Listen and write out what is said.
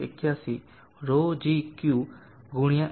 81 𝜌g Q ગુણ્યા h